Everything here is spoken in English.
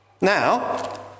Now